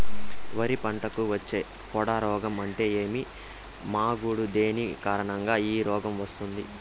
వరి పంటకు వచ్చే పొడ రోగం అంటే ఏమి? మాగుడు దేని కారణంగా ఈ రోగం వస్తుంది?